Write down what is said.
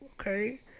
okay